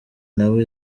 nawe